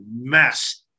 mess